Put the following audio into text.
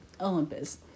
Olympus